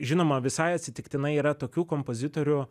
žinoma visai atsitiktinai yra tokių kompozitorių